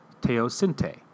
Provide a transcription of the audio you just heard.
teosinte